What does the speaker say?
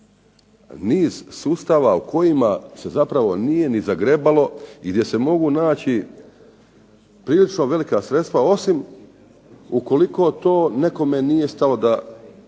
niz sustava u kojima se zapravo nije ni zagrebalo i gdje se mogu naći prilično velika sredstva osim ukoliko to nekome nije stalo da